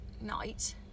night